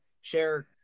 share